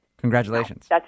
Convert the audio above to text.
Congratulations